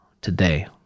today